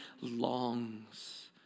longs